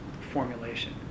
formulation